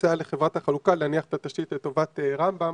כניסה לחברת החלוקה להניח את התשתית לטובת רמב"ם